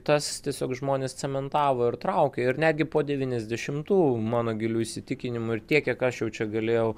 tas tiesiog žmones cementavo ir traukė ir netgi po devyniasdešimtų mano giliu įsitikinimu ir tiek kiek aš jau čia galėjau